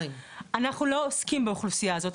אנחנו לא עוסקים באוכלוסייה הזו,